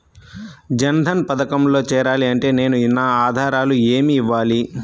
జన్ధన్ పథకంలో చేరాలి అంటే నేను నా ఆధారాలు ఏమి ఇవ్వాలి?